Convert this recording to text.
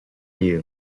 you